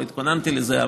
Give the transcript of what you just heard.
לא התכוננתי לזה,